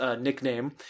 nickname